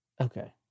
okay